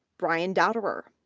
brian dotterer.